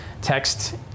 text